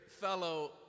fellow